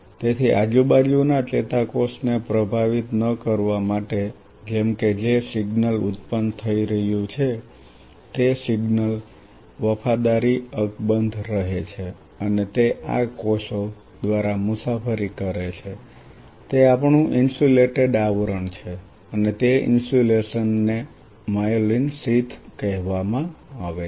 તેથી આજુબાજુના ચેતાકોષને પ્રભાવિત ન કરવા માટે જેમ કે જે સિગ્નલ ઉત્પન્ન થઈ રહ્યું છે તે સિગ્નલ વફાદારી અકબંધ રહે છે અને તે આ કોષો દ્વારા મુસાફરી કરે છે તે આપણું ઇન્સ્યુલેટેડ આવરણ છે અને તે ઇન્સ્યુલેશન ને માયેલિન શીથ કહેવામાં આવે છે